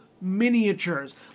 miniatures